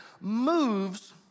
moves